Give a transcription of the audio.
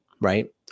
Right